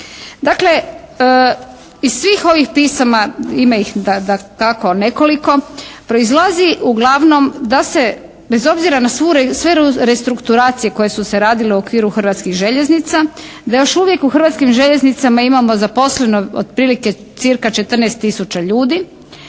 Dakle iz svih ovih pisama, ima ih dakako nekoliko proizlazi uglavnom da se bez obzira na sve restrukturacije koje su se radile u okviru Hrvatskih željeuznica da još uvijek u Hrvatskim željeznicama imamo zaposleno otprilie cirka 14 tisuća ljudi